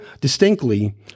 distinctly